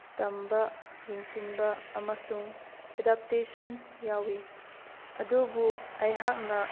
ꯇꯝꯕ ꯌꯦꯡꯁꯤꯟꯕ ꯑꯃꯁꯨꯡ ꯑꯦꯗꯥꯞꯇꯦꯁꯟ ꯌꯥꯎꯏ ꯑꯗꯨꯕꯨ ꯑꯩꯍꯥꯛꯅ